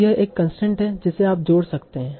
तो यह एक कंसट्रेंट है जिसे आप जोड़ सकते हैं